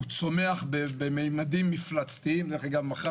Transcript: הוא צומח בממדים מפלצתיים.